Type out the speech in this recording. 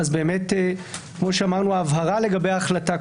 באמת כמו שאמרנו הבהרה לגבי ההחלטה,